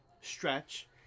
stretch